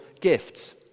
gifts